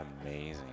amazing